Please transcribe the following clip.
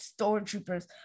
stormtroopers